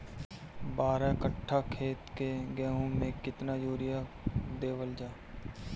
बारह कट्ठा खेत के गेहूं में केतना यूरिया देवल जा?